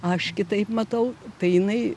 aš kitaip matau tai jinai